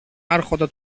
άρχοντα